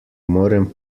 morem